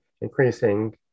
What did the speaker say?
increasing